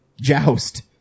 Joust